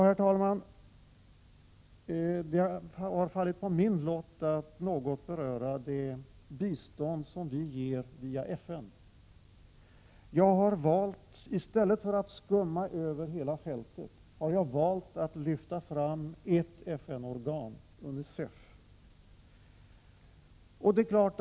Herr talman! Det har fallit på min lott att något beröra det bistånd vi ger via FN. I stället för att skumma över hela fältet har jag valt att lyfta fram ett FN-organ, nämligen UNICEF.